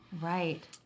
Right